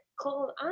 call